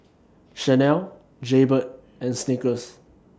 Chanel Jaybird and Snickers